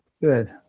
Good